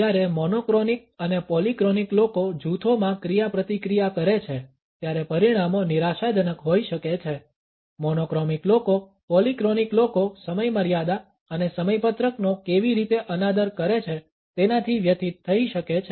જ્યારે મોનોક્રોનિક અને પોલિક્રોનિક લોકો જૂથોમાં ક્રિયાપ્રતિક્રિયા કરે છે ત્યારે પરિણામો નિરાશાજનક હોઈ શકે છે મોનોક્રોમિક લોકો પોલિક્રોનિક લોકો સમયમર્યાદા અને સમયપત્રકનો કેવી રીતે અનાદર કરે છે તેનાથી વ્યથિત થઈ શકે છે